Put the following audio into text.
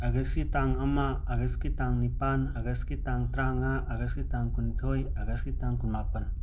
ꯑꯥꯒꯁꯠꯀꯤ ꯇꯥꯡ ꯑꯃ ꯑꯥꯒꯁꯠꯀꯤ ꯇꯥꯡ ꯅꯤꯄꯥꯟ ꯑꯥꯒꯁꯠꯀꯤ ꯇꯥꯡ ꯇꯔꯥꯃꯉꯥ ꯑꯥꯒꯁꯠꯀꯤ ꯇꯥꯡ ꯀꯨꯟꯅꯤꯊꯣꯏ ꯑꯥꯒꯁꯠꯀꯤ ꯇꯥꯡ ꯀꯨꯟꯃꯥꯄꯟ